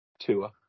Tua